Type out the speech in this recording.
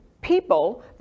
people